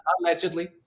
allegedly